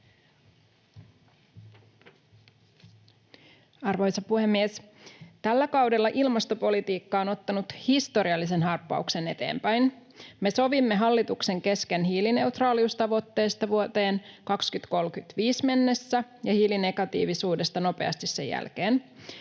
Arvoisa puhemies! Tällä kaudella ilmastopolitiikka on ottanut historiallisen harppauksen eteenpäin. Me sovimme hallituksen kesken hiilineutraaliustavoitteesta vuoteen 2035 mennessä ja hiilinegatiivisuudesta nopeasti sen jälkeen.